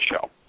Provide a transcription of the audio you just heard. show